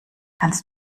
kannst